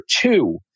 two